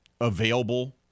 available